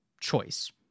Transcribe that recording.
choice